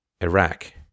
Iraq